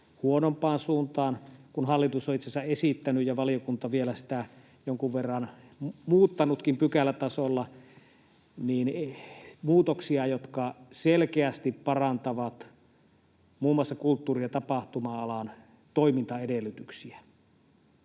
huonompaan suuntaan, kun hallitus on itse asiassa esittänyt muutoksia — ja valiokunta on niitä vielä jonkun verran muuttanutkin pykälätasolla — jotka selkeästi parantavat muun muassa kulttuuri- ja tapahtuma-alan toimintaedellytyksiä.